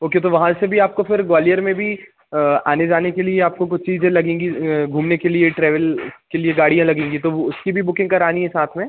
okay तो वहाँ से भी आपको फिर ग्वालियर में भी आने जाने के लिए आपको कुछ चीज़े लगेंगी घूमने के लिए ट्रेवल के लिए गाड़ियाँ लगेंगी तो उसकी भी बुकिंग करानी है साथ में